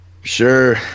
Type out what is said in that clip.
Sure